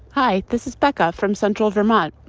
hi, this is becca from central vermont.